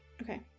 Okay